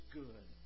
good